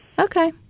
Okay